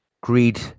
greed